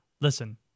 Listen